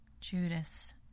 Judas